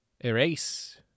erase